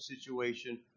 situation